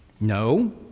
No